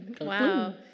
wow